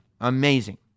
Amazing